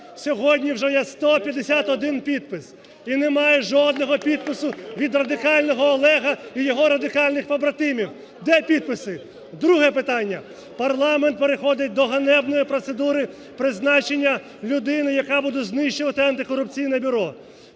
Сьогодні вже є 151 підпис, і немає жодного підпису від радикального Олега і його радикальних побратимів. Де підписи? Друге питання. Парламент переходить до ганебної процедури призначення людини, яка буде знищувати Антикорупційне бюро.